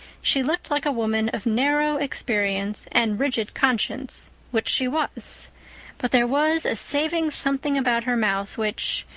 she looked like a woman of narrow experience and rigid conscience, which she was but there was a saving something about her mouth which,